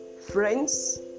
Friends